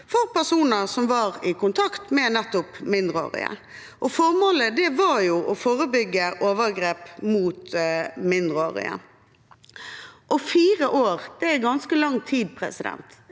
for personer som er i kontakt med nettopp mindreårige. Formålet var å forebygge overgrep mot mindreårige. Fire år er ganske lang tid, så både